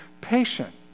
patient